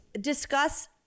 discuss